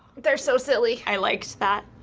they're so silly. i liked that.